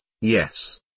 yes